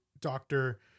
doctor